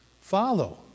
Follow